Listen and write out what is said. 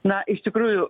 na iš tikrųjų